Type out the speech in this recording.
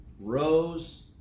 rows